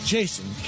Jason